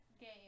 game